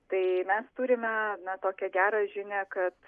tai mes turime na tokia gerą žinią kad